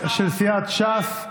לך לשוק מחנה יהודה,